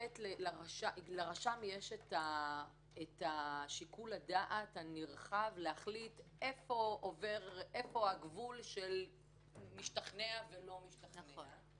לרשם יש את שיקול הדעת הנרחב להחליט איפה הגבול שהוא משתכנע ולא משתכנע.